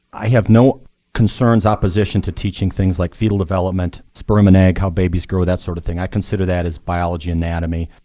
i have no concerns opposition to teaching things like fetal development, sperm and egg, how babies grow, that sort of thing. i consider that as biology, anatomy.